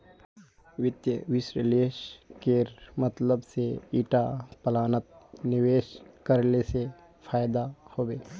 वित्त विश्लेषकेर मतलब से ईटा प्लानत निवेश करले से फायदा हबे